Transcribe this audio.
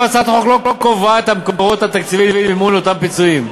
הצעת החוק לא קובעת את המקורות התקציביים למימון אותם פיצויים,